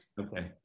Okay